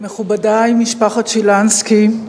מכובדי משפחת שילנסקי,